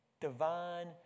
divine